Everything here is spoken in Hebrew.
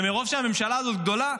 ומרוב שהממשלה הזאת גדולה,